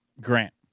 Grant